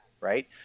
right